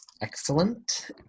excellent